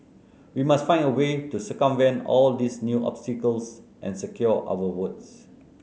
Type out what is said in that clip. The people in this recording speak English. we must find a way to circumvent all these new obstacles and secure our votes